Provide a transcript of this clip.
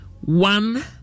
one